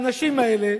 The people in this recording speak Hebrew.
האנשים האלה,